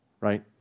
right